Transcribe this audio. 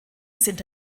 sind